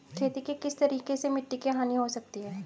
खेती के किस तरीके से मिट्टी की हानि हो सकती है?